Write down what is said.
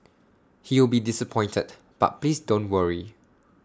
he will be disappointed but please don't worry